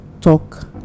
talk